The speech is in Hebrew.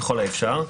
ככל האפשר,